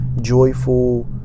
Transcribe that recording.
joyful